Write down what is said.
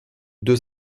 deux